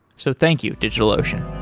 so thank you, digitalocean